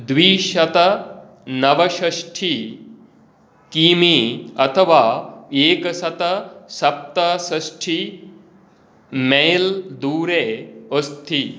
द्विशतनवषष्टि कि मी अथवा एकशतसप्तषष्टि मैल् दूरे अस्ति